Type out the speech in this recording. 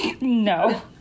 no